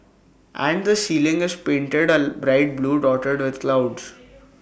and the ceiling is painted A black blue dotted with clouds